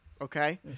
okay